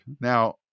Now